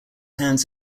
hands